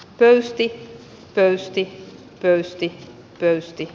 pöysti höysti pöysti pöysti